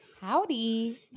Howdy